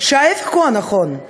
עד כמה שאני